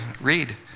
read